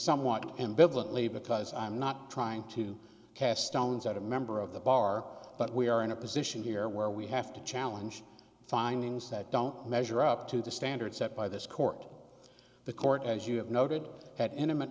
somewhat ambivalent leave because i'm not trying to cast stones at a member of the bar but we are in a position here where we have to challenge findings that don't measure up to the standards set by this court the court as you have noted that intimate